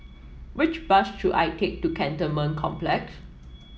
which bus should I take to Cantonment Complex